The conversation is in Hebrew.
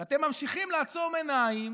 ואתם ממשיכים לעצום עיניים